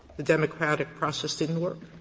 the democratic process didn't work.